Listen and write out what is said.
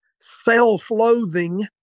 self-loathing